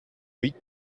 week